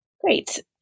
Great